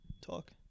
talk